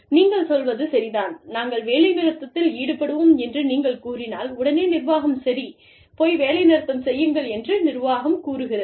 நீங்கள் சொல்வது சரிதான் நாங்கள் வேலைநிறுத்தத்தில் ஈடுபடுவோம் என்று நீங்கள் கூறினால் உடனே நிர்வாகம் சரி போய் வேலைநிறுத்தம் செய்யுங்கள் என்று நிர்வாகம் கூறுகிறது